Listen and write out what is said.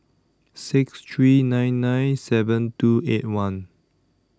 six three nine nine seven two eight one